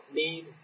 need